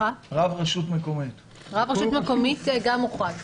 רב רשות מקומית גם מוחרג.